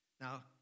Now